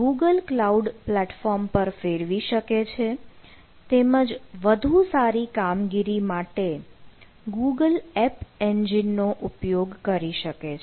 Google cloud platform પર ફેરવી શકે છે તેમજ વધુ સારી કામગીરી માટે google એપ એન્જિનનો ઉપયોગ કરી શકે છે